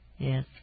Yes